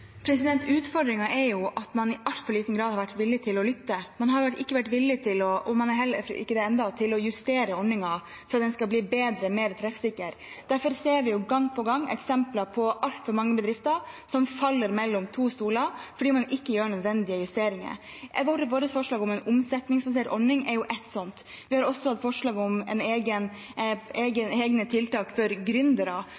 er jo at man i altfor liten grad har vært villig til å lytte. Man er enda heller ikke villig til å justere ordningen slik at den skal bli bedre, mer treffsikker. Derfor ser vi gang på gang eksempler på altfor mange bedrifter som faller mellom to stoler, fordi man ikke gjør nødvendige justeringer. Vårt forslag om en omsetningsbasert ordning er ett sånt. Vi har også hatt forslag om